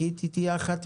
אני מזכיר,